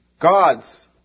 God's